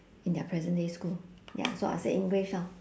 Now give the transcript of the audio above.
in their present day school ya so I'd said english lor